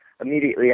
immediately